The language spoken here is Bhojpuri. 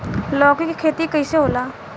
लौकी के खेती कइसे होला?